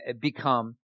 become